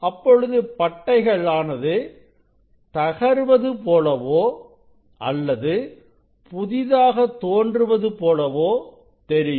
அப்பொழுது பட்டைகள் ஆனது தகர்வது போலவோ அல்லது புதிதாக தோன்றுவது போலவோ தெரியும்